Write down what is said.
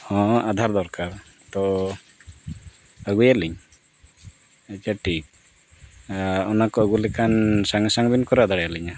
ᱦᱮᱸ ᱟᱫᱷᱟᱨ ᱫᱚᱨᱠᱟᱨ ᱛᱚ ᱟᱹᱜᱩᱭᱟᱞᱤᱧ ᱟᱪᱪᱷᱟ ᱴᱷᱤᱠ ᱚᱱᱟ ᱠᱚ ᱟᱹᱜᱩ ᱞᱮᱠᱷᱟᱱ ᱥᱚᱸᱜᱮ ᱥᱚᱝ ᱵᱤᱱ ᱠᱚᱨᱟᱣ ᱫᱟᱲᱮᱭ ᱞᱤᱧᱟ